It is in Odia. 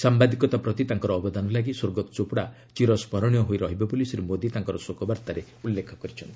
ସାମ୍ଭାଦିକତା ପ୍ରତି ତାଙ୍କର ଅବଦାନ ଲାଗି ସ୍ୱର୍ଗତ ଚୋପ୍ଡ଼ା ଚିରସ୍କରଣୀୟ ହୋଇ ରହିବେ ବୋଲି ଶ୍ରୀ ମୋଦି ତାଙ୍କ ଶୋକବାର୍ଭାରେ ଉଲ୍ଲେଖ କରିଛନ୍ତି